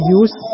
use